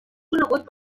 conegut